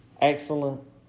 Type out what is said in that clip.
excellent